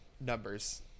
Numbers